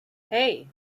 hey